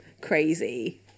crazy